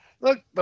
look